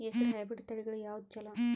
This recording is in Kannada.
ಹೆಸರ ಹೈಬ್ರಿಡ್ ತಳಿಗಳ ಯಾವದು ಚಲೋ?